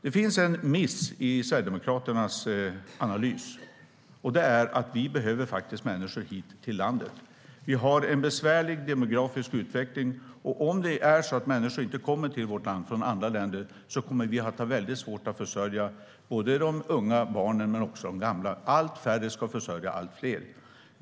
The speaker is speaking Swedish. Det finns en miss i Sverigedemokraternas analys. Det är att vi behöver människor hit till landet. Vi har en besvärlig demografisk utveckling, och om människor inte kommer till vårt land från andra länder kommer vi att ha väldigt svårt att försörja både de unga barnen och de gamla. Allt färre ska försörja allt fler.